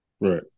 right